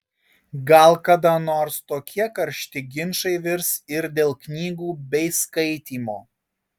gal kada nors tokie karšti ginčai virs ir dėl knygų bei skaitymo